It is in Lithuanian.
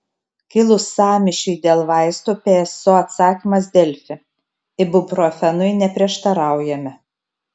kilus sąmyšiui dėl vaistų pso atsakymas delfi ibuprofenui neprieštaraujame